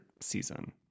season